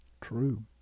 True